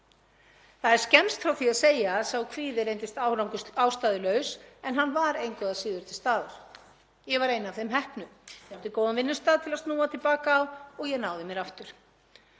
Það er skemmst frá því að segja að sá kvíði reyndist ástæðulaus en hann var engu að síður til staðar. Ég var ein af þeim heppnu. Ég átti góðan vinnustað til að snúa til baka á og ég náði mér aftur.